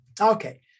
okay